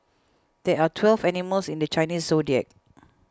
there are twelve animals in the Chinese zodiac